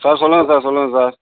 sir சொல்லுங்க sir சொல்லுங்க sir